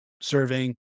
serving